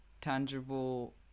tangible